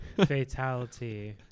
Fatality